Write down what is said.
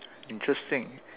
interesting